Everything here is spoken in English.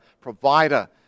provider